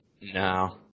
No